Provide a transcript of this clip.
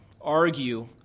argue